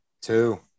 Two